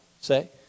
say